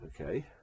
Okay